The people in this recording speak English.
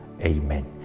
Amen